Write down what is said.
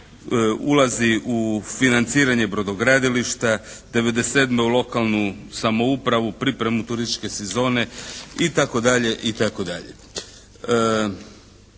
Ulazi u financiranje brodogradilišta. 1997. u lokalnu samoupravu, pripremu turističke sezone i